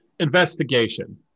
Investigation